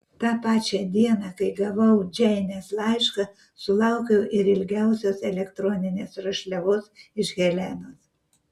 tą pačią dieną kai gavau džeinės laišką sulaukiau ir ilgiausios elektroninės rašliavos iš helenos